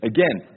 Again